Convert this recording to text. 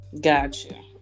Gotcha